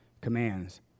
commands